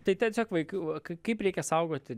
tai tiesiog vaikiu kai kaip reikia saugoti